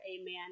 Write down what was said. amen